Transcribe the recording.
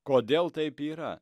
kodėl taip yra